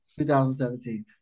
2017